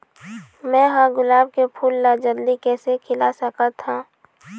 मैं ह गुलाब के फूल ला जल्दी कइसे खिला सकथ हा?